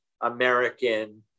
American